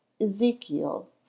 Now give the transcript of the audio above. Ezekiel